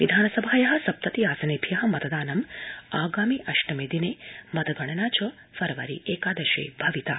विधानसभाया सप्तति आसनेभ्य मतदानम् आगामि अष्टमे दिने मतदानगणना च फरवरी एकादशे भविता